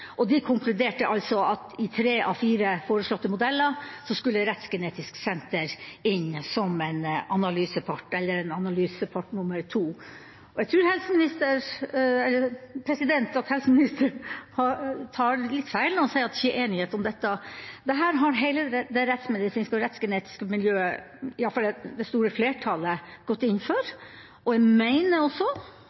bruke de totale rettsgenetiske ressursene man hadde i Tromsø og i Oslo. Det var det Jonas Gahr Støre satte ned et partssammensatt utvalg for å få til, og man konkluderte med at i tre av fire foreslåtte modeller skulle Rettsgenetisk senter inn som en analysepart nummer to. Jeg tror helseministeren tar litt feil når han sier at det ikke er enighet om dette. Dette har hele det rettsmedisinske og rettsgenetiske miljøet – i alle fall det store